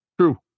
True